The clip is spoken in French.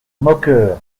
moqueur